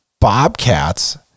bobcats